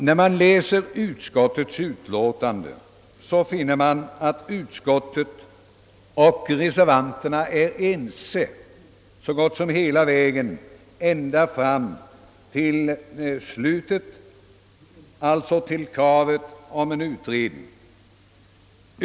När man läser utskottets utlåtande, finner man, att utskottet och reservanterna är ense så gott som hela vägen ända fram till slutet, alltså till kravet på en utredning.